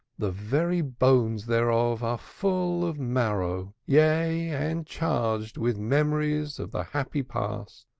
the very bones thereof are full of marrow, yea and charged with memories of the happy past.